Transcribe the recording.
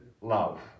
love